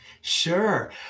Sure